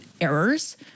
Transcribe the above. errors